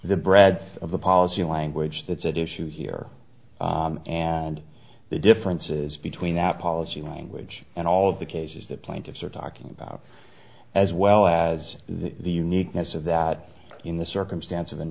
the breadth of the policy language that's at issue here and the differences between that policy language and all of the cases that plaintiffs are talking about as well as the uniqueness of that in the circumstance